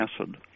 acid